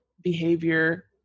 behavior